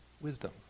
wisdom